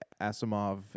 Asimov